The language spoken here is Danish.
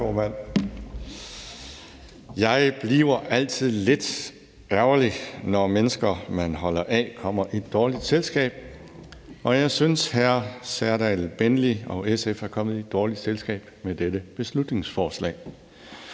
Jeg bliver altid lidt ærgerlig, når mennesker, jeg holder af, kommer i dårligt selskab, og jeg synes, hr. Serdal Benli og SF er kommet i dårligt selskab med dette beslutningsforslag.